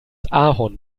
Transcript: ahorn